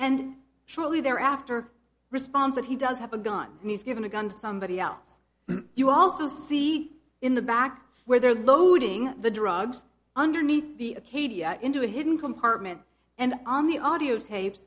and shortly there after response that he does have a gun and he's given a gun to somebody else you also see in the back where they're loading the drugs underneath the acadia into a hidden compartment and on the audiotapes